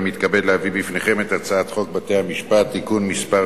אני מתכבד להביא בפניכם את הצעת חוק בתי-המשפט (תיקון מס'